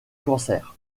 cancer